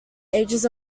ages